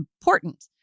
important